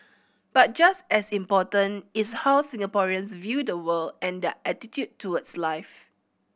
but just as important is how Singaporeans view the world and their attitude towards life